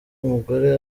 umugore